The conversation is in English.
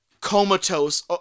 comatose